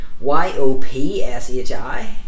Y-O-P-S-H-I